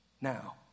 now